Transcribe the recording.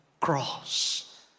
Cross